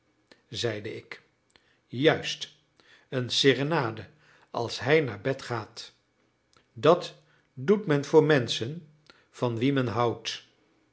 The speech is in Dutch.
zeide ik juist een serenade als hij naar bed gaat dat doet men voor menschen van wie men houdt